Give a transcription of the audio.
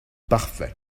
parfait